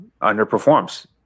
underperforms